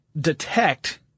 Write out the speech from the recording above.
detect